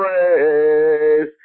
praise